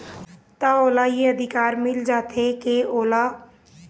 त ओला ये अधिकार मिल जाथे के ओहा ओ जिनिस बउर सकय